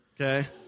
Okay